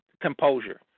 composure